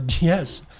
Yes